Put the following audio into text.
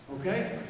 okay